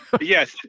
yes